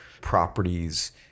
properties